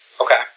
Okay